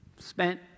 spent